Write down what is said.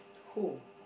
who